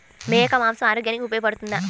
మేక మాంసం ఆరోగ్యానికి ఉపయోగపడుతుందా?